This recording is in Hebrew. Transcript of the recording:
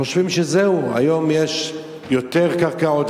חושבים שזהו, היום יש יותר קרקעות.